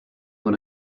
when